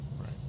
Right